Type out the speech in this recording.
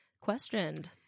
questioned